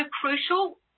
crucial –